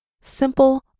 simple